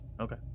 Okay